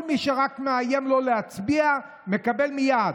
כל מי שרק מאיים לא להצביע, מקבל מייד